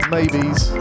maybes